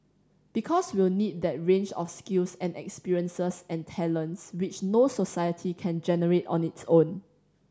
because we'll need that range of skills and experiences and talents which no society can generate on its own